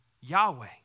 Yahweh